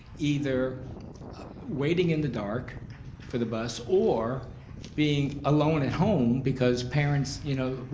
either waiting in the dark for the bus or being alone at home because parents, you know,